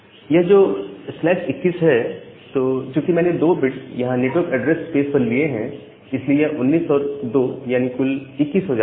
यह जो 21 है तो चूकि मैंने 2 बिट्स यहां नेटवर्क ऐड्रेस स्पेस पर लिए हैं इसलिए यह 19 और 2 यानी कुल 21 हो जाता है